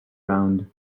round